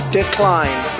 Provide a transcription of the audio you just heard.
decline